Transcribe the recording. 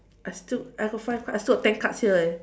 I still I got five card I still got ten cards here eh